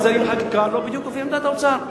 שרים לחקיקה לא בדיוק לפי עמדת האוצר,